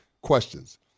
questions